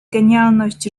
genialność